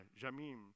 Jamim